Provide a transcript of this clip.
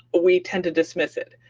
we tend to dismiss it.